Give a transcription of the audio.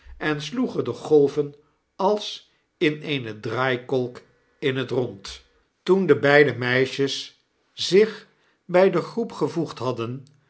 en sloegen de golven als in eene draaijuffkouw lerrlper en hare commensalen kolk in het rond toen de beide meisjes zich bit de groep gevoegd hadden